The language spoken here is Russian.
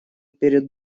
перед